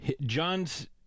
John's